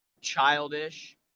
childish